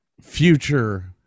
future